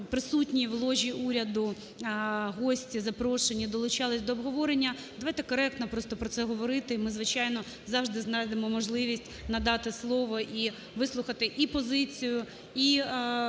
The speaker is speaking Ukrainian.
присутні в ложі уряду гості, запрошені долучались до обговорення, давайте коректно просто про це говорити. І ми, звичайно, завжди знайдемо можливість надати слово і вислухати і позицію, і